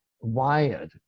wired